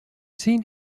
seen